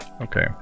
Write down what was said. Okay